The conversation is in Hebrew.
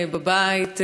בבית,